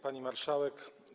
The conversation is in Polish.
Pani Marszałek!